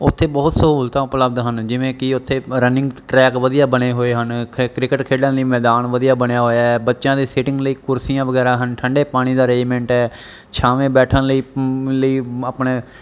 ਉੱਥੇ ਬਹੁਤ ਸਹੂਲਤਾਂ ਉਪਲਬਧ ਹਨ ਜਿਵੇਂ ਕਿ ਉੱਥੇ ਰਨਿੰਗ ਟਰੈਕ ਵਧੀਆ ਬਣੇ ਹੋਏ ਹਨ ਖ ਕ੍ਰਿਕਟ ਖੇਡਣ ਲਈ ਮੈਦਾਨ ਵਧੀਆ ਬਣਿਆ ਹੋਇਆ ਹੈ ਬੱਚਿਆਂ ਦੇ ਸਿਟਿੰਗ ਲਈ ਕੁਰਸੀਆਂ ਵਗੈਰਾ ਹਨ ਠੰਡੇ ਪਾਣੀ ਦਾ ਅਰੇਂਜਮੈਂਟ ਹੈ ਛਾਵੇਂ ਬੈਠਣ ਲਈ ਲਈ ਆਪਣੇ